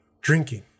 drinking